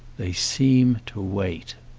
they seem to wait.